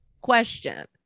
question